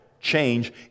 change